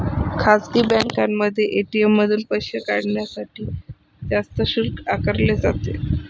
खासगी बँकांमध्ये ए.टी.एम मधून पैसे काढण्यासाठी जास्त शुल्क आकारले जाते